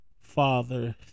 father